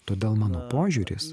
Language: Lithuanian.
todėl mano požiūris